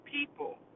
people